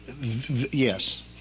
Yes